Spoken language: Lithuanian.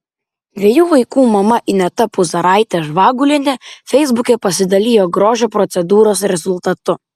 dviejų vaikų mama ineta puzaraitė žvagulienė feisbuke pasidalijo grožio procedūros rezultatu